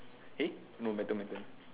eh no my turn my turn